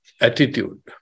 attitude